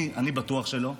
אני בטוח לא,